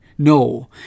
No